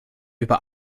über